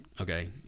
Okay